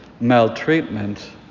maltreatment